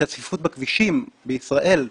שהצפיפות בכבישים בישראל,